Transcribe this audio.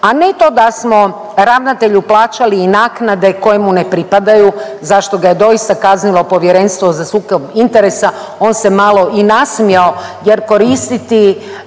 a ne to da smo ravnatelju plaćali i naknade koje mu ne pripadaju za što ga je doista kaznilo Povjerenstvo za sukob interesa, on se malo i nasmijao jer koristiti